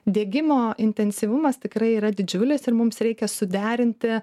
diegimo intensyvumas tikrai yra didžiulis ir mums reikia suderinti